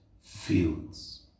fields